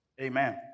Amen